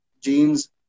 jeans